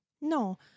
No